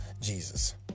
jesus